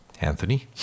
Anthony